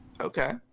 Okay